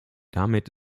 damit